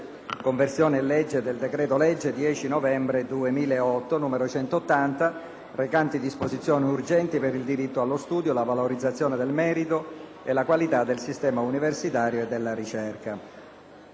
conversione in legge del decreto-legge n. 10 novembre 2008, n. 180 recante disposizioni urgenti per il diritto allo studio, la valorizzazione del merito e la qualità del sistema universitario e della rIcerca;